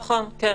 כן.